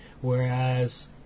Whereas